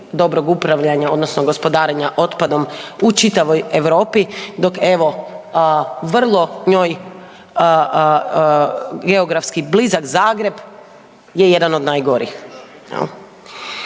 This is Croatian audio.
dobrog upravljanja odnosno gospodarenja otpadom u čitavoj Europi, dok evo, vrlo njoj geografski blizak Zagreb je jedan od najgorih,